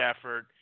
effort